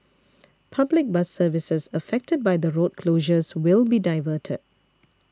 public bus services affected by the road closures will be diverted